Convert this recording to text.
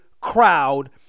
crowd